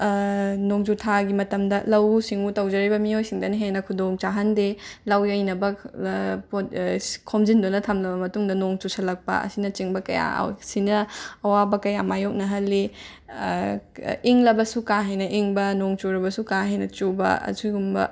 ꯅꯣꯡꯖꯨꯊꯥꯒꯤ ꯃꯇꯝꯗ ꯂꯧꯎ ꯁꯤꯡꯎ ꯇꯧꯖꯔꯤꯕ ꯃꯤꯑꯣꯏꯁꯤꯡꯗꯅ ꯍꯦꯟꯅ ꯈꯨꯗꯣꯡ ꯆꯥꯍꯟꯗꯦ ꯂꯧ ꯌꯩꯅꯕ ꯄꯣꯠ ꯈꯣꯝꯖꯤꯟꯗꯨꯅ ꯊꯝꯂꯕ ꯃꯇꯨꯡꯗ ꯅꯣꯡ ꯆꯨꯁꯜꯂꯛꯄ ꯑꯁꯤꯅꯆꯤꯡꯕ ꯀꯌꯥ ꯑꯁꯤꯅ ꯑꯋꯥꯕ ꯀꯌꯥ ꯃꯥꯌꯣꯛꯅꯍꯜꯂꯤ ꯏꯪꯂꯕꯁꯨ ꯀꯥ ꯍꯦꯟꯅ ꯏꯪꯕ ꯅꯣꯡ ꯆꯨꯔꯕꯁꯨ ꯀꯥ ꯍꯦꯟꯅ ꯆꯨꯕ ꯑꯁꯤꯒꯨꯝꯕ